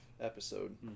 episode